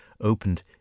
opened